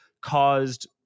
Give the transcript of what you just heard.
caused